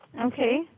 Okay